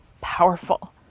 powerful